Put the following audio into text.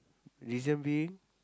reason being